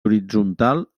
horitzontal